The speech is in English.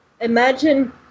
Imagine